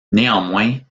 néanmoins